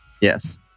Yes